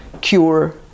cure